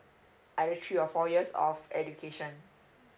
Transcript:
either three or four years of education